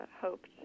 hoped